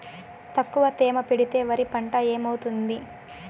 తక్కువ తేమ పెడితే వరి పంట ఏమవుతుంది